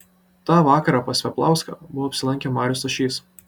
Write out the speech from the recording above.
tą vakarą pas veblauską buvo apsilankę marius stašys